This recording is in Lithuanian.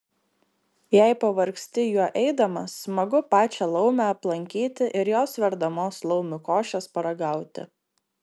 jei pavargsti juo eidamas smagu pačią laumę aplankyti ir jos verdamos laumių košės paragauti